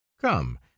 Come